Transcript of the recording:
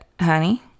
honey